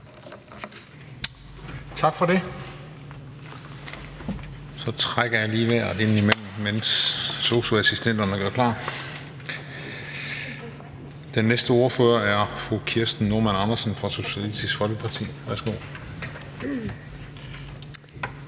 Tak for det. Så trækker jeg mig lige væk her, mens sosu-assistenterne gør klar. Den næste ordfører er fru Kirsten Normann Andersen fra Socialistisk Folkeparti. Værsgo.